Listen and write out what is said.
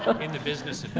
in the business